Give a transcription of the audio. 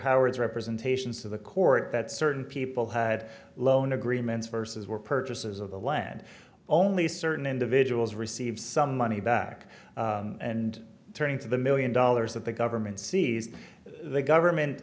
howard's representations to the court that certain people had loan agreements versus were purchases of the land only certain individuals receive some money back and turning to the million dollars that the government sees the government